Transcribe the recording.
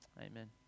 Amen